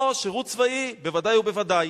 או שירות צבאי, בוודאי ובוודאי.